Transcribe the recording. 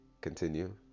continue